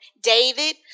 David